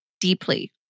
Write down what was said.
deeply